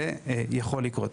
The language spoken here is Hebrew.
זה יכול לקרות.